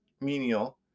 menial